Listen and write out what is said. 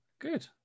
Good